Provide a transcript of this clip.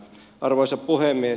arvoisa puhemies